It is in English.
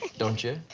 don't you?